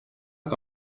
que